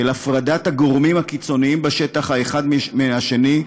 של הפרדת הגורמים הקיצוניים בשטח האחד מהשני,